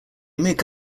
make